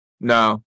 No